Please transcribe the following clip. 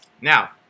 now